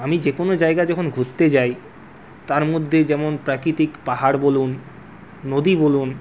আমি যে কোনো জায়গায় যখন ঘুরতে যাই তার মধ্যে যেমন প্রাকৃতিক পাহাড় বলুন নদী বলুন